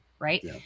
right